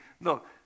look